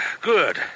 Good